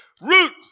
Root